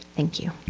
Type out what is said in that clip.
thank you.